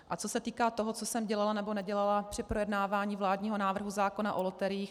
A co se týká toho, co jsem dělala nebo nedělala při projednávání vládního návrhu zákona o loteriích.